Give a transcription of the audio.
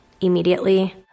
immediately